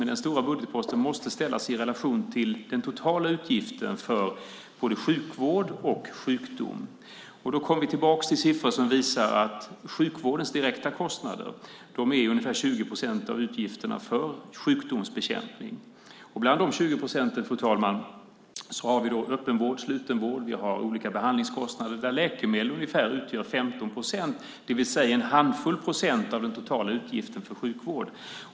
Men den stora budgetposten måste ställas i relation till den totala utgiften för både sjukvård och sjukdom. Då kommer vi tillbaka till siffror som visar att sjukvårdens direkta kostnader är ungefär 20 procent av utgifterna för sjukdomsbekämpning. Bland de 20 procenten, fru talman, har vi öppenvård, slutenvård och olika behandlingskostnader där läkemedel utgör ungefär 15 procent, det vill säga en handfull procent av den totala utgiften för sjukvård.